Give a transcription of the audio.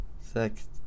six